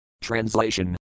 Translation